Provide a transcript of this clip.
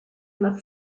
enough